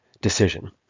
decision